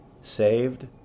saved